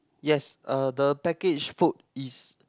yes uh the packaged food is